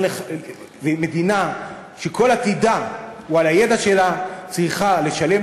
מדינה שכל עתידה עומד על הידע שלה צריכה לשלם